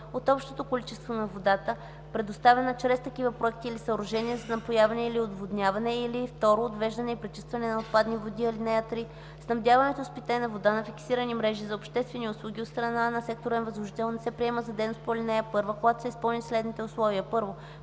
от общото количество на водатa, предоставянa чрез такивa проекти или съоръжения зa напояване или отводняване, или 2. отвеждане и пречистване на отпадни води. (3) Снабдяването с питейна вода на фиксирани мрежи за обществени услуги от страна на секторен възложител не се приема за дейност по ал. 1, когато са изпълнени следните условия: 1.